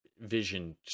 vision